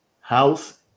House